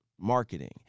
marketing